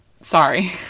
sorry